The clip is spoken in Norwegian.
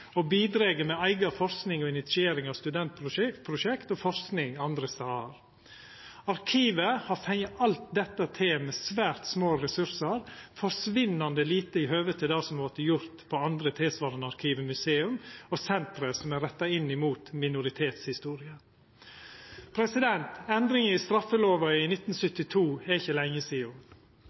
og bidrege med eiga forsking og initiering av studentprosjekt og forsking andre stader. Arkivet har fått til alt dette med svært små ressursar – forsvinnande lite i høve til det som har vorte gjort på andre tilsvarande arkiv og museum og senter som er retta inn mot minoritetshistorie. Endringa i straffelova i 1972 er ikkje lenge